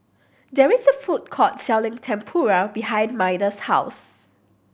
there is a food court selling Tempura behind Maida's house